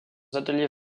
ateliers